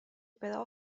però